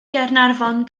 gaernarfon